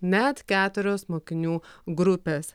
net keturios mokinių grupės